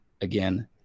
Again